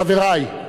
חברי,